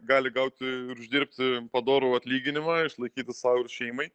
gali gauti ir uždirbti padorų atlyginimą išlaikyti sau ir šeimai